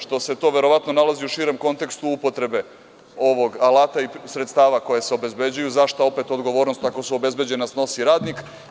Što se to verovatno nalazi u širem kontekstu upotrebe ovog alata i sredstava koja se obezbeđuju, a za šta opet odgovornost, ako su obezbeđena, snosi radnik.